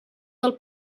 del